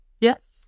Yes